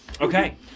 Okay